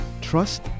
Trust